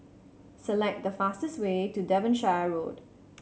select the fastest way to Devonshire Road